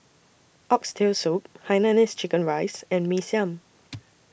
Oxtail Soup Hainanese Chicken Rice and Mee Siam